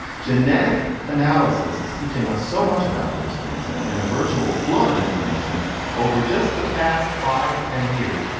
genetic analysis is teaching us so much about those things and in a virtual flood of information over just the past five to ten years.